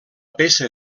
peça